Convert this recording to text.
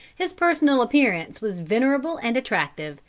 his personal appearance was venerable and attractive,